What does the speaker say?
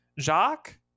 jacques